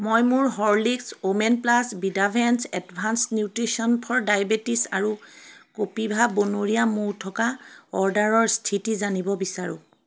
মই মোৰ Horlicks women plus বিদাভেন্স এডভাঞ্চ নিউট্ৰিচন ফ'ৰ ডায়েবেটিছ আৰু কপিভা বনৰীয়া মৌ থকা অৰ্ডাৰৰ স্থিতি জানিব বিচাৰোঁ